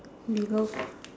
below